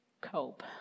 cope